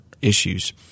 issues